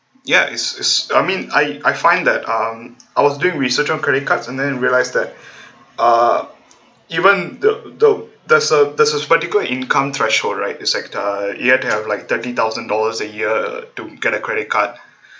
ya is is I mean I I find that um I was doing research on credit cards and then realised that uh even thou~ thou~ there's a there's a specific income threshold right it's like uh you have to like have thirty thousand dollars a year to get a credit card